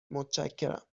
متشکرم